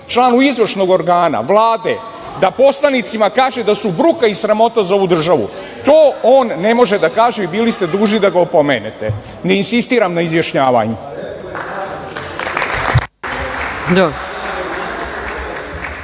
članu izvršnog organa Vlade da poslanicima kaže da su bruka i sramota za ovu državu, to on ne može da kaže i bili ste dužni da ga opomenete. Ne insistiram na izjašnjavanju.